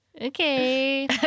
Okay